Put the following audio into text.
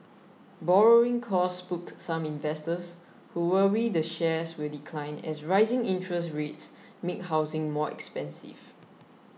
borrowing costs spooked some investors who worry the shares will decline as rising interest rates make housing more expensive